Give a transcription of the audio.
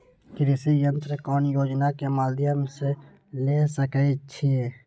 कृषि यंत्र कौन योजना के माध्यम से ले सकैछिए?